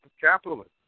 capitalism